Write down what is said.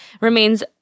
remains